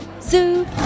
Zoo